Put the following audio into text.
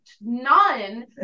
none